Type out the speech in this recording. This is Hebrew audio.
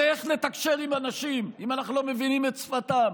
הרי איך נתקשר עם אנשים אם אנחנו לא מבינים את שפתם,